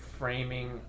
framing